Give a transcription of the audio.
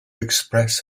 express